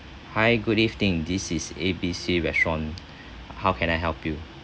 hi good evening this is A B C restaurant how can I help you